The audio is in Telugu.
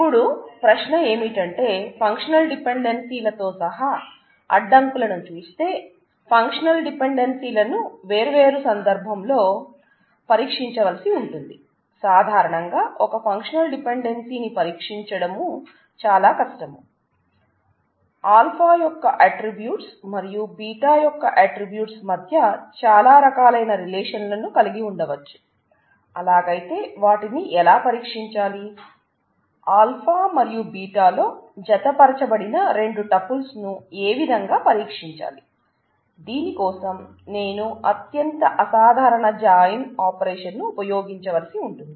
ఇప్పుడు ప్రశ్న ఏమిటంటే ఫంక్షనల్ డిపెండెన్సీలతో ఆపరేషన్ను ఉపయోగించవలసి ఉంటుంది